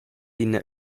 ina